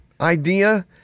idea